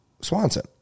Swanson